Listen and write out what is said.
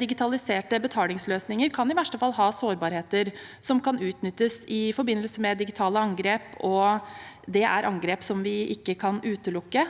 Digitaliserte betalingsløsninger kan i verste fall ha sårbarheter som kan utnyttes i forbindelse med digitale angrep. Det er angrep vi dessverre ikke kan utelukke